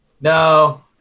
No